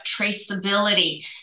traceability